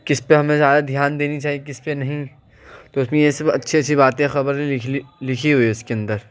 کس پہ ہمیں زیادہ دھیان دینی چاہیے کس پہ نہیں تو اس میں یہ سب اچھی اچھی باتیں خبر لکھی ہوئی ہیں اس کے اندر